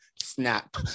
snap